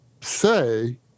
say